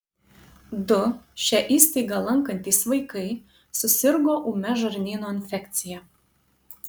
du šią įstaigą lankantys vaikai susirgo ūmia žarnyno infekcija